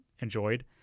enjoyed